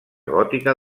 gòtica